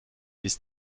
bis